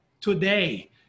today